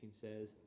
says